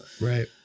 Right